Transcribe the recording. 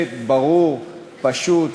מצלמות.